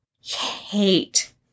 hate